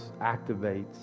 activates